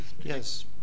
Yes